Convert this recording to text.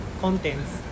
contents